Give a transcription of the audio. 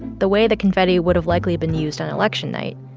the way the confetti would have likely been used on election night,